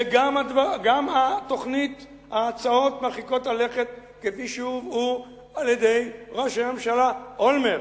וגם ההצעות מרחיקות הלכת כפי שהובאו על-ידי ראש הממשלה אולמרט